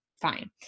Fine